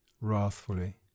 wrathfully